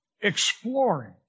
exploring